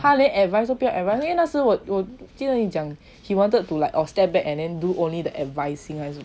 他连 advice 都不要 advice 因为那是我记得你讲 he wanted to like step back and only wanted to do the advice